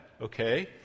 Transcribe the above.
okay